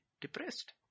Depressed